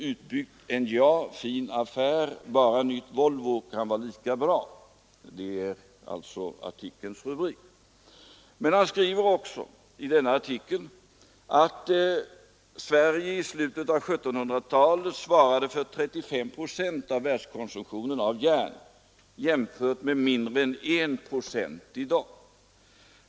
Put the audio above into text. ”Utbyggt NJA fin affär — bara ”nytt Volvo” kan vara lika bra”, löd artikelns rubrik. Wilhelm Haglund säger bl.a. i denna artikel: ”Vid slutet av 1700-talet svarade Sverige för 35 procent av världskonsumtionen av järn, jämfört med mindre än en procent i dag.